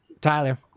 Tyler